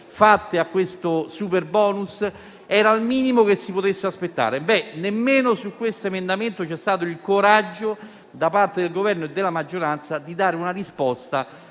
fatte a questo superbonus era il minimo che ci si potesse aspettare. Ebbene, nemmeno su questo emendamento c'è stato il coraggio, da parte del Governo e della maggioranza, di dare una risposta.